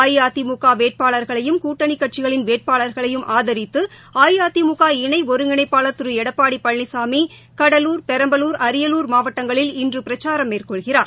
அஇஅதிமுக வேட்பாளர்களையும் கூட்டணி கட்சிகளின் வேட்பாளர்களையும் ஆதரித்து அஇஅதிமுக இணை ஒருங்கிணைப்பாளர் திரு எடப்பாடி பழனிசாமி கடலுர் பெரம்பலுர் அரியலூர் மாவட்டங்களில் இன்று பிரச்சாரம் மேற்கொள்கிறார்